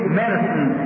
medicine